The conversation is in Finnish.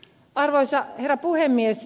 arvoisa herra puhemies